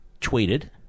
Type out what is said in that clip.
tweeted